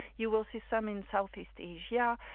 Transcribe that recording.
you will see some in southeast asia.